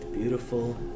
beautiful